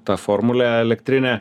tą formulę elektrinę